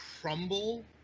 crumble